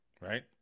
right